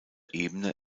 ebene